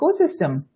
ecosystem